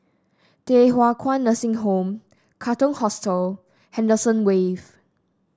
Thye Hua Kwan Nursing Home Katong Hostel Henderson Wave